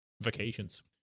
vacations